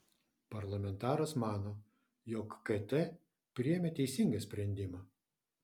parlamentaras mano jog kt priėmė teisingą sprendimą